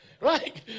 Right